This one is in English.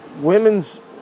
women's